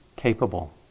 capable